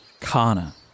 Kana